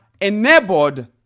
enabled